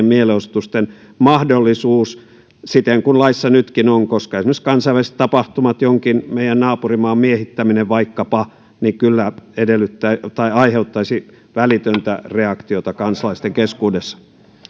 mielenosoitusten mahdollisuus siten kuin laissa nytkin on koska esimerkiksi kansainväliset tapahtumat jonkin meidän naapurimaan miehittäminen vaikkapa kyllä aiheuttaisivat välitöntä reaktiota kansalaisten keskuudessa